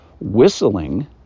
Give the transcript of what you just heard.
whistling